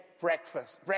breakfast